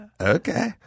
Okay